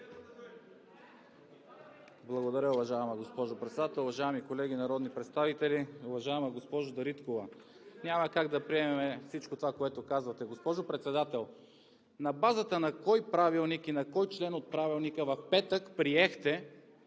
Благодаря, уважаема госпожо Председател. Уважаеми колеги народни представители! Уважаема госпожо Дариткова, няма как да приемем всичко това, което казвате. Госпожо Председател, на базата на кой правилник и на кой член от Правилника в петък приехте